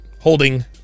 holding